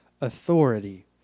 authority